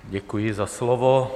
Děkuji za slovo.